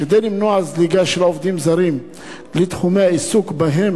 כדי למנוע זליגה של עובדים זרים לתחומי העיסוק שבהם